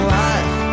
life